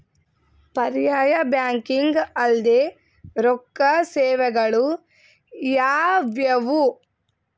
ಪರ್ಯಾಯ ಬ್ಯಾಂಕಿಂಗ್ ಅಲ್ದೇ ರೊಕ್ಕ ಸೇವೆಗಳು ಯಾವ್ಯಾವು?